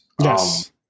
Yes